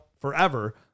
forever